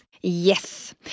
Yes